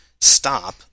stop